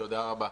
תודה רבה.